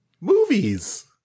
Movies